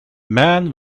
man